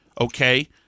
okay